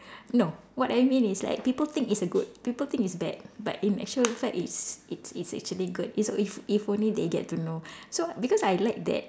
no what I mean is like people think it's a good people think it's bad but in actual fact it's it's it's actually good it's if if only they get to know so because I like that